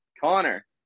Connor